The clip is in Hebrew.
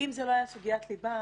אם זו לא הייתה סוגיית הליבה,